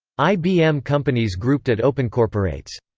ibm companies grouped at opencorporates